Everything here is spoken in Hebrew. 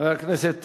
חבר הכנסת